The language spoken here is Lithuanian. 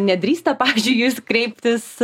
nedrįsta pavyzdžiui į jus kreiptis